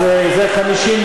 אז זה 59,